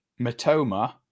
Matoma